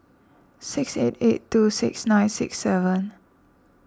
six eight eight two six nine six seven